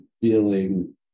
feeling